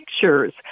pictures